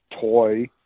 toy